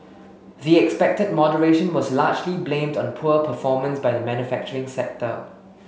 the expected moderation was largely blamed on poor performance by the manufacturing sector